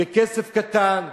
בכסף קטן,